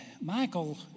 Michael